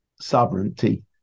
sovereignty